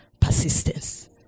persistence